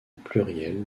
pluriel